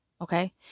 okay